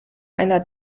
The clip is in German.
einer